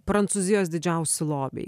prancūzijos didžiausi lobiai